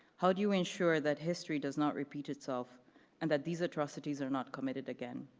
how do you ensure that history does not repeat itself and that these atrocities are not committed again?